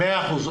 מאה אחוז.